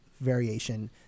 variation